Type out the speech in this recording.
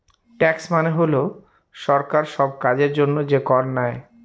tax মানে হল সরকার সব কাজের জন্য যে কর নেয়